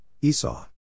Esau